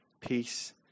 peace